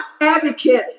advocate